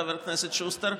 חבר הכנסת שוסטר,